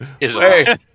Hey